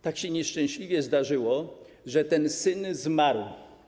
Tak się nieszczęśliwie zdarzyło, że ten syn zmarł.